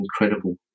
incredible